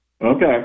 Okay